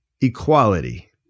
equality